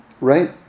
Right